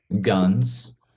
Guns